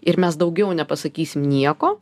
ir mes daugiau nepasakysim nieko